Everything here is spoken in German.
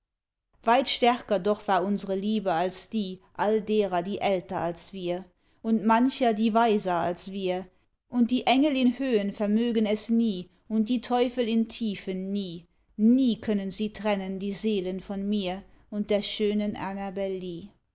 weit stärker doch war unsre liebe als die all derer die älter als wir und mancher die weiser als wir und die engel in höhen vermögen es nie und die teufel in tiefen nie nie können sie trennen die seelen von mir und der schönen